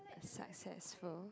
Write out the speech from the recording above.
successful